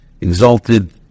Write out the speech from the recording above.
exalted